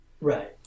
Right